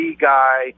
guy